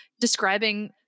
describing